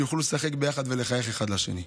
הם יוכלו לשחק יחד ולחייך אחד לשני,